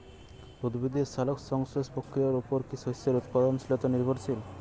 উদ্ভিদের সালোক সংশ্লেষ প্রক্রিয়ার উপর কী শস্যের উৎপাদনশীলতা নির্ভরশীল?